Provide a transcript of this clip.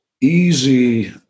easy